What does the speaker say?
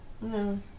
No